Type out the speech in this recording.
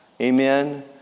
Amen